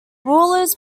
rulers